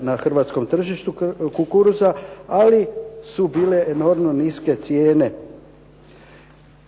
na hrvatskom tržištu kukuruza, ali su bile enormno niske cijene.